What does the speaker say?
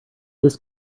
this